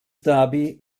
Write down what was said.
derby